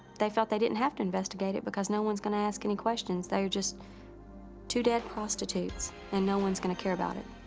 they felt they didn't have to investigate it because no one's going to ask any questions. they are just two dead prostitutes and no one's going to care about it.